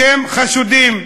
אתם חשודים.